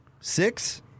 Six